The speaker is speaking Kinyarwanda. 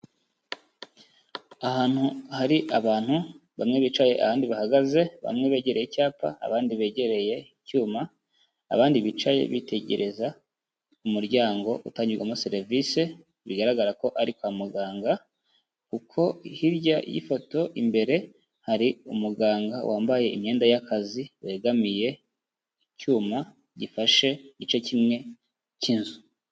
Ahantu hari abantu bamwe bicaye ahandi bahagaze, bamwe begereye icyapa abandi begereye icyuma, abandi bicaye bitegereza umuryango utangirwamo serivisi bigaragara ko ari kwa muganga, kuko hirya y'ifoto imbere hari umuganga wambaye imyenda y'akazi wegamiye icyuma gifashe igice kimwe k'inzu.